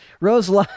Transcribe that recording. Rose